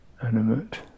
animate